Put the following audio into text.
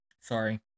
Sorry